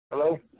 Hello